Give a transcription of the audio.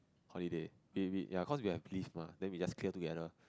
holiday we we cause we have leave mah then we just clear together